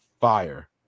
fire